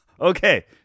Okay